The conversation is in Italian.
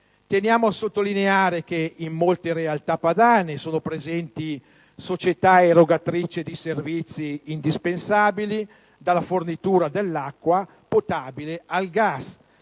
Teniamo a sottolineare che in molte realtà padane sono presenti società erogatrici di servizi indispensabili, dalla fornitura dell'acqua potabile al gas,